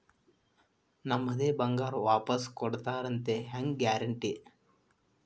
ನಮ್ಮದೇ ಬಂಗಾರ ವಾಪಸ್ ಕೊಡ್ತಾರಂತ ಹೆಂಗ್ ಗ್ಯಾರಂಟಿ?